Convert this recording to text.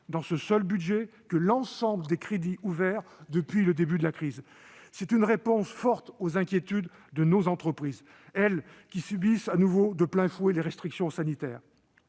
dans ce seul budget que l'ensemble des crédits ouverts depuis le début de la crise. C'est une réponse forte aux inquiétudes de nos entreprises, qui subissent de nouveau de plein fouet les restrictions sanitaires.